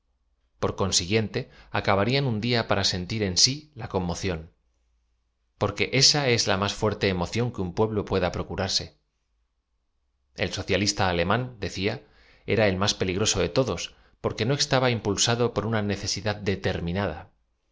por consiguíen te acabarían un día para sentir en sí la conmoción porque esa es la máa fuerte emoción que un pueblo pueda procurarse el socialista alemáni deeia era el más peligroso de todos porque no estaba impulsado por una necesidad determinada aquello de